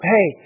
Hey